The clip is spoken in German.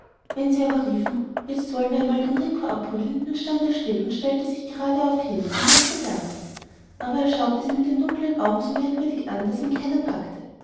wenn sie aber riefen jetzt wollen wir einmal den rico abprügeln dann stand er still und stellte sich geradeauf hin und machte gar nichts aber er schaute sie mit den dunkeln augen so merkwürdig an daß ihn keiner packte